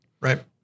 Right